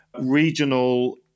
regional